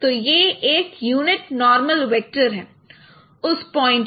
तो यह एक यूनिट नॉर्मल वेक्टर है उस पॉइंट पर